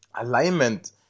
alignment